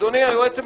אדוני היועץ המשפטי,